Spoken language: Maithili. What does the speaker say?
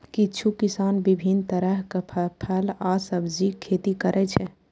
किछु किसान विभिन्न तरहक फल आ सब्जीक खेती करै छै